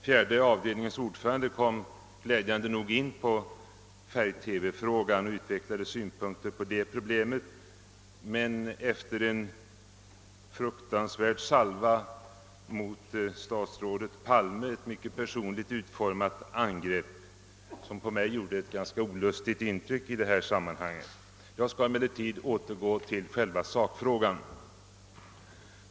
Fjärde avdelningens ordförande kom glädjande nog in på färgtelevisionsfrågan och utveck lade synpunkter på det problemet men först efter en fruktansvärd salva mot statsrådet Palme, ett mycket personligt angrepp som på mig gjorde ett ganska olustigt intryck. Jag skall emellertid återgå till själva sakfrågan.